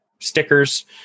Stickers